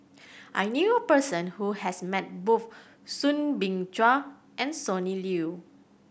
I knew a person who has met both Soo Bin Chua and Sonny Liew